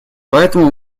поэтому